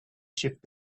shift